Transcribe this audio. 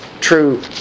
true